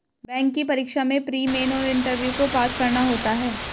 bank की परीक्षा में प्री, मेन और इंटरव्यू को पास करना होता है